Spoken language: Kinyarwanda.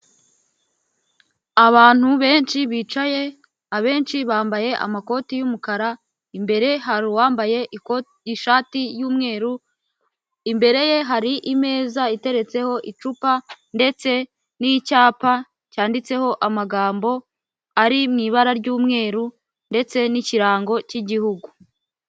Abantu benshi bicaye, abenshi bambaye amakoti y'umukara imbere hari uwambaye ikoti ishati y'umweru, imbere ye hari imeza iteretseho icupa ndetse n'icyapa cyanditseho amagambo ari mu ibara ry'umweru ndetse n'ikirango cy'igihugu.